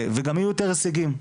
וגם יהיו יותר הישגים.